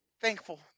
thankful